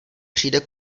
přijde